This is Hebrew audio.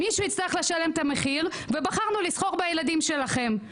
כשמי שישלם את המחיר זה הילדים שלכם".